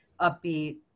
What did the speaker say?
upbeat